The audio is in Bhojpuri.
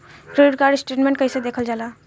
क्रेडिट कार्ड स्टेटमेंट कइसे देखल जाला?